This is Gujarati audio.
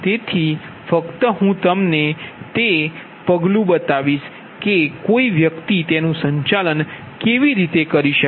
તેથી ફક્ત હું તમને તે પગલું બતાવીશ કે કોઈ વ્યક્તિ તેનું સંચાલન કેવી રીતે કરી શકે